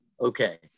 okay